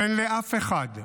אין לאף אחד,